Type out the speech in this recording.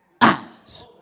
eyes